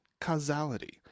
causality